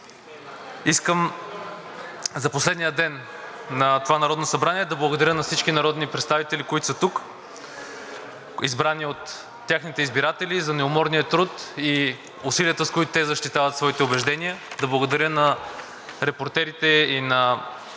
Искам за последния ден на това Народно събрание да благодаря на всички народни представители, които са тук, избрани от техните избиратели, за неуморния труд и усилията, с които те защитават своите убеждения. Да благодаря на репортерите и на